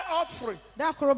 offering